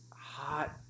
hot